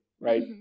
right